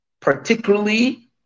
particularly